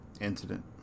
incident